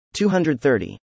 230